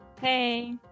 Hey